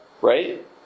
Right